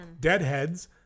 Deadheads